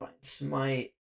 smite